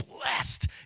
blessed